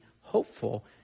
hopeful